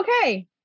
Okay